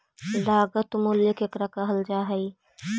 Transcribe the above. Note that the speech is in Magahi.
लागत मूल्य केकरा कहल जा हइ?